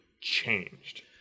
changed